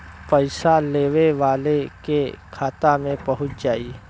पइसा लेवे वाले के खाता मे पहुँच जाई